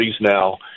now